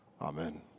Amen